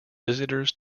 visitors